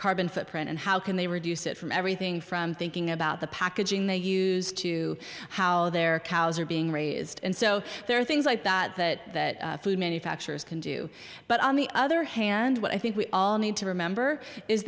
carbon footprint and how can they reduce it from everything from thinking about the packaging they used to how their cows are being raised and so there are things like that that that food manufacturers can do but on the other hand what i think we all need to remember is